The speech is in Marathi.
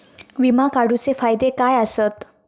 विमा काढूचे फायदे काय आसत?